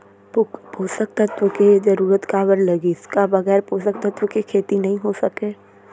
पोसक तत्व के जरूरत काबर लगिस, का बगैर पोसक तत्व के खेती नही हो सके?